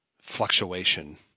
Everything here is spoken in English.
fluctuation